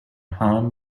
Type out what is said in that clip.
harm